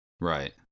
Right